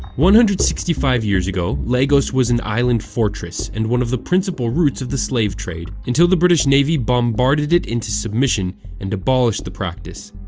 one hundred and sixty five years ago lagos was an island fortress and one of the principal roots of the slave trade, until the british navy bombarded it into submission and abolished the practice.